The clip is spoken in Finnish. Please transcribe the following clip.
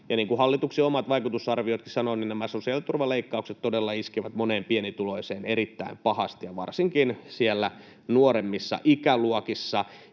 ja niin kuin hallituksen oma vaikutusarviointi sanoi, nämä sosiaaliturvaleikkaukset todella iskevät moneen pienituloiseen erittäin pahasti ja varsinkin siellä nuoremmissa ikäluokissa.